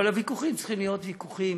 אבל הוויכוחים צריכים להיות ויכוחים